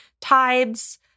tides